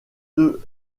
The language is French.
deux